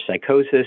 psychosis